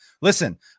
Listen